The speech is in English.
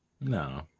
No